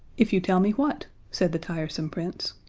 if you tell me what? said the tiresome prince.